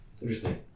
interesting